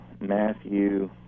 Matthew